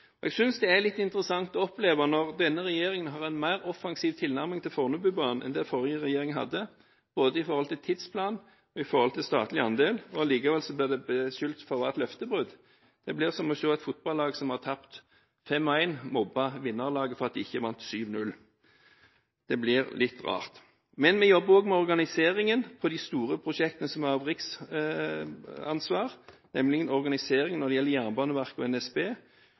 synes jeg det er litt interessant å oppleve at vi allikevel blir beskyldt for løftebrudd. Det blir som å se et fotballag som har tapt 5–1, mobbe vinnerlaget for at de ikke vant 7–0. Det blir litt rart. Vi jobber også med organiseringen av de store prosjektene som er et riksansvar, nemlig organiseringen når det gjelder Jernbaneverket og NSB